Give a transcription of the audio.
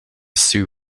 sue